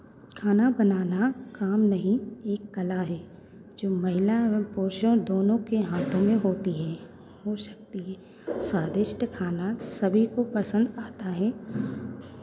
खाना बनाना काम नहीं एक कला है जो महिला एवं पुरुषों दोनों के हाथों में होती है हो सकती है स्वादिष्ट खाना सभी को पसंद आता है